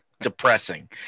depressing